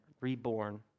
reborn